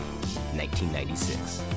1996